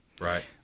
Right